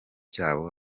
cyabo